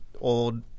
old